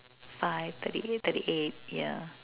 by thirty eight thirty eight yeah